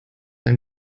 ein